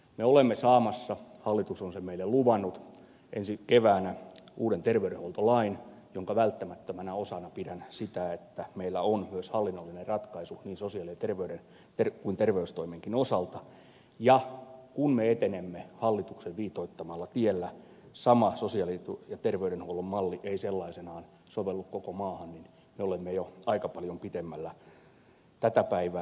me olemme saamassa hallitus on sen meille luvannut ensi keväänä uuden terveydenhuoltolain jonka välttämättömänä osana pidän sitä että meillä on myös hallinnollinen ratkaisu niin sosiaali kuin terveystoimenkin osalta ja kun me etenemme hallituksen viitoittamalla tiellä sama sosiaali ja terveydenhuollon malli ei sellaisenaan sovellu koko maahan niin me olemme jo aika paljon pitemmällä tätä päivää